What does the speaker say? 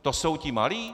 To jsou ti malí?